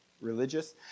Religious